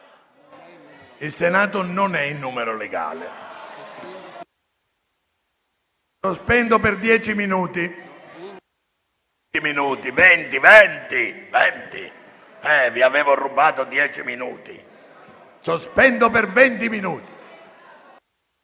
Il Senato è in numero legale.